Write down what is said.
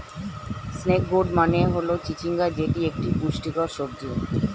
snake gourd মানে হল চিচিঙ্গা যেটি একটি পুষ্টিকর সবজি